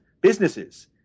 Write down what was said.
businesses